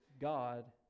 God